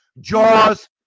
Jaws